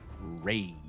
rage